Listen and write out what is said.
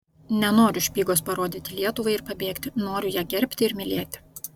nenoriu špygos parodyti lietuvai ir pabėgti noriu ją gerbti ir mylėti